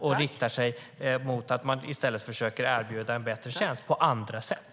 Man försöker att i stället erbjuda en bättre tjänst på andra sätt.